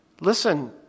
listen